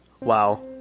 Wow